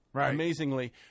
amazingly